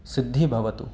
सिद्धिः भवतु